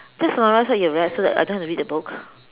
just summarize what you've read so that I don't have to read the book